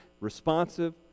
responsive